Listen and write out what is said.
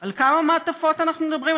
על כמה מעטפות אנחנו מדברים?